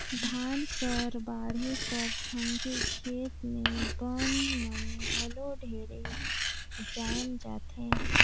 धान कर बाढ़े कर संघे खेत मे बन मन घलो ढेरे जाएम जाथे